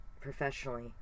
professionally